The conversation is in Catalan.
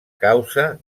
causa